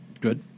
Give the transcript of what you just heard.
Good